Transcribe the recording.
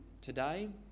today